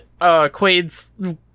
Quaid's